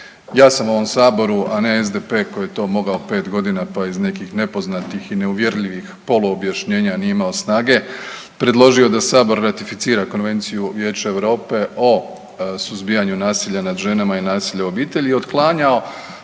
Ja sam u ovom saboru, a ne SDP koji je to mogao 5 godina pa iz nekih nepoznati i neuvjerljivih poluobjašnjenja nije imao snage, predložio da sabor ratificira Konvenciju Vijeća Europe o suzbijanju nasilja nad ženama i nasilja u obitelji i otklanjao